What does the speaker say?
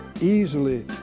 easily